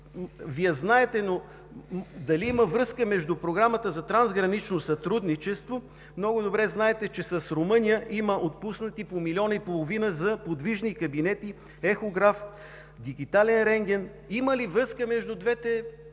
Вие знаете, но дали има връзка между Програмата за трансгранично сътрудничество? Много добре знаете, че с Румъния има отпуснати по 1,5 милиона за подвижни кабинети, ехограф, дигитален рентген. Има ли връзка между двете